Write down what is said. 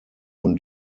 und